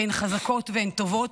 כי הן חזקות והן טובות,